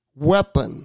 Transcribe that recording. weapon